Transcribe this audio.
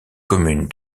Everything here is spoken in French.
commune